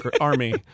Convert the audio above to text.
army